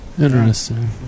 Interesting